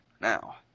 Now